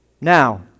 Now